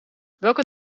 welke